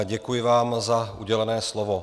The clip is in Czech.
Děkuji vám za udělené slovo.